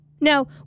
Now